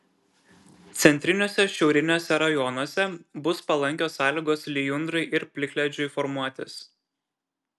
centriniuose šiauriniuose rajonuose bus palankios sąlygos lijundrai ir plikledžiui formuotis